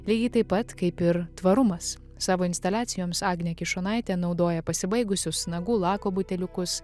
lygiai taip pat kaip ir tvarumas savo instaliacijoms agnė kišonaitė naudoja pasibaigusius nagų lako buteliukus